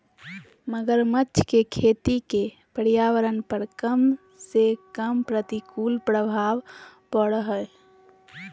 मगरमच्छ के खेती के पर्यावरण पर कम से कम प्रतिकूल प्रभाव पड़य हइ